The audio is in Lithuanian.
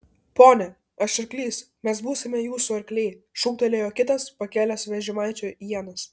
pone aš arklys mes būsime jūsų arkliai šūktelėjo kitas pakėlęs vežimaičio ienas